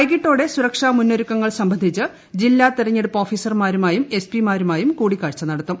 വൈകിട്ടോടെ സുരക്ഷാമുന്നൊരുക്കങ്ങൾ സംബന്ധിച്ച് ജില്ലാ തെരഞ്ഞെടുപ്പ് ഓഫീസർമാരുമായും എസ്പിമാരുമായും കൂടിക്കാഴ്ച നടത്തും